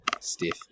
stiff